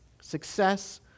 Success